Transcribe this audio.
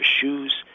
shoes